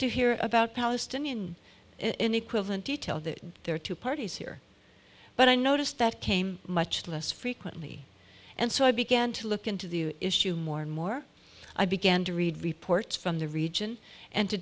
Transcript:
to hear about palestinian in equivalent detail that there are two parties here but i noticed that came much less frequently and so i began to look into the issue more and more i began to read reports from the region and to